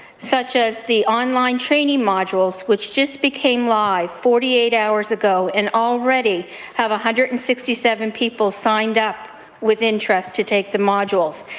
such as the on-line training modules which just became live forty eight hours ago and already have one hundred and sixty seven people signed up with interest to take the modules.